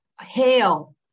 hail